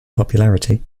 popularity